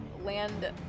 land